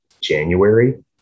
January